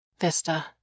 Vista